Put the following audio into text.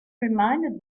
reminded